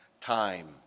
time